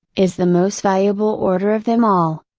is the most valuable order of them all.